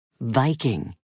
Viking